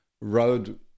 road